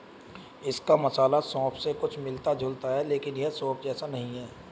इसका मसाला सौंफ से कुछ मिलता जुलता है लेकिन यह सौंफ जैसा नहीं है